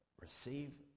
Receive